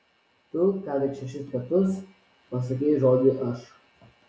tu ką tik šešis kartus pasakei žodį aš